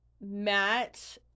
Matt